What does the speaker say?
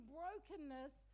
brokenness